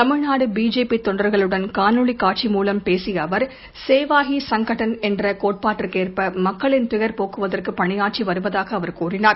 Tamil Nadu BJP தொண்டர்களுடன் காணொளி காட்சி மூலம் பேசிய அவர் சேவா ஹய் சங்காத்தான் என்ற கோட்பாடுக்கேற்ப மக்களின் துயர் போக்குவதற்கு பணியாற்றி வருவதாக அவர் கூறினார்